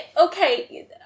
okay